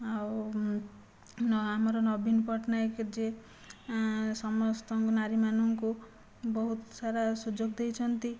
ଆଉ ଆମର ନବୀନ ପଟ୍ଟନାୟକ ଯେ ସମସ୍ତ ନାରୀମାନଙ୍କୁ ବହୁତ ସାରା ସୁଯୋଗ ଦେଇଛନ୍ତି